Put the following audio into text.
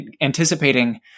anticipating